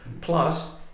plus